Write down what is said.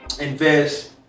invest